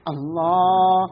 Allah